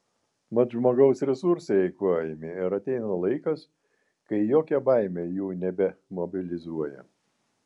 mat žmogaus resursai eikvojami ir ateina laikas kai jokia baimė jų nebemobilizuoja